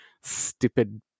stupid